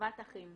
אחוות אחים.